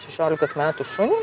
šešiolikos metų šunį